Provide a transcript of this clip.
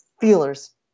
feelers